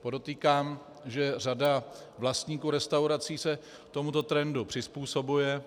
Podotýkám, že řada vlastníků restaurací se tomuto trendu přizpůsobuje.